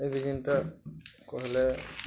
ଏବେ ଯେନ୍ତା କହିଲେ